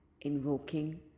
invoking